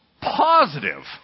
positive